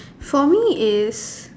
for me is